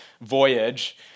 voyage